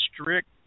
strict